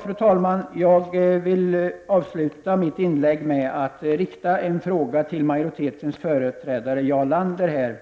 Fru talman! Jag vill avsluta mitt inlägg med att rikta en fråga till majoritetens företrädare Jarl Lander.